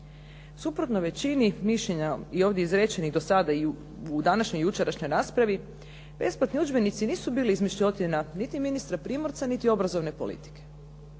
Suprotno većini mišljenja i ovdje izrečenih do sada i u današnjoj i jučerašnjoj raspravi besplatni udžbenici nisu bili izmišljotina niti ministra Primorca, niti obrazovne politike.